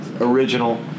Original